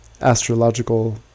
astrological